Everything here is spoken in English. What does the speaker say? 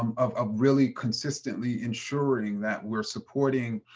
um of really consistently ensuring that we're supporting